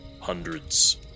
hundreds